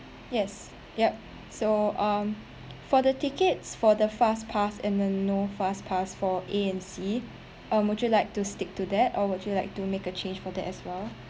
yes yup so um for the tickets for the fast pass and the no fast pass for A and C um would you like to stick to that or would you like to make a change for that as well